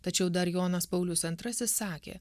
tačiau dar jonas paulius antrasis sakė